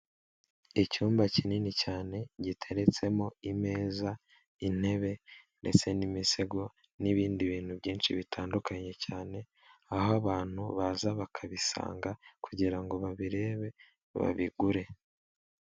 Icyumba kinini cyane giteretsemo imeza, intebe ndetse n'imisego n'ibindi bintu byinshi bitandukanye cyane aho abantu baza bakabisanga kugira ngo babirebe babigure.